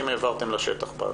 העברתם לשטח?